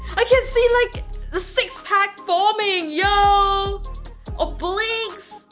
i can see like the six-pack forming. yo obliques